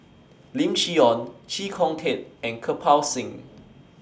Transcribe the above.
Lim Chee Onn Chee Kong Tet and Kirpal Singh